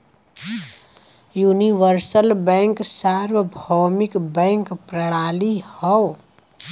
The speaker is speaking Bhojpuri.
यूनिवर्सल बैंक सार्वभौमिक बैंक प्रणाली हौ